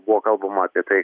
buvo kalbama apie tai